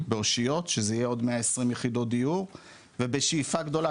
שזה יהיה עוד 12 יחידות דיור ובשאיפה גדולה,